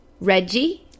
Reggie